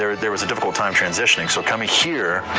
ah there was a difficult time transitioning. so coming here,